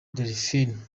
delphin